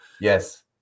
Yes